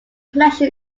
collection